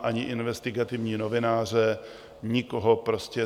Ani investigativní novináře, nikoho prostě.